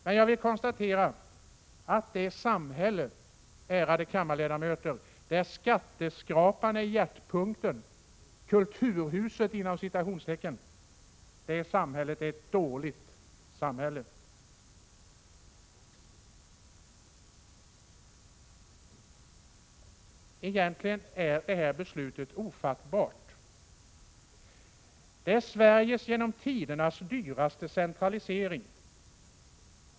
Men jag vill konstatera att det samhälle där skatteskrapan är hjärtpunkten, ”kulturhuset”, är ett dåligt samhälle. Egentligen är det här beslutet ofattbart. Det är fråga om Sveriges genom tiderna dyraste centralisering.